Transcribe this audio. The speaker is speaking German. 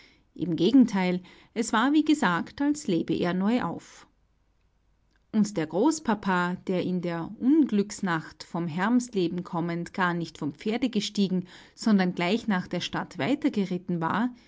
im gegenteil es war wie gesagt als lebe er neu auf und der großpapa der in der unglücksnacht von hermsleben kommend gar nicht vom pferde gestiegen sondern gleich nach der stadt weiter geritten war